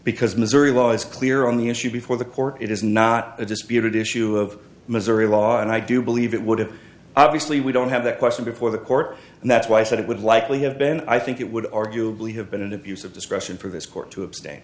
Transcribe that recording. because missouri law is clear on the issue before the court it is not a disputed issue of missouri law and i do believe it would have obviously we don't have that question before the court and that's why i said it would likely have been i think it would arguably have been an abuse of discretion for this court to abstain